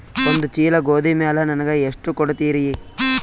ಒಂದ ಚೀಲ ಗೋಧಿ ಮ್ಯಾಲ ನನಗ ಎಷ್ಟ ಕೊಡತೀರಿ?